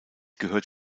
gehört